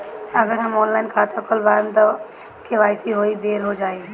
अगर हम ऑनलाइन खाता खोलबायेम त के.वाइ.सी ओहि बेर हो जाई